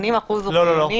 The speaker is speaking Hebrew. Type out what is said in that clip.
80% הוא חיוני.